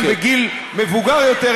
והם מגיעים לשם בגיל מבוגר יותר,